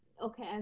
okay